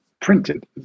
printed